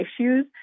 issues